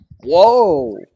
Whoa